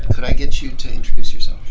could i get you to introduce yourself?